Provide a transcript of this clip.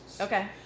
Okay